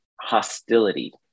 hostility